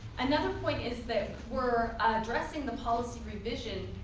another point is that we're addressing the policy revision.